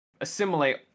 assimilate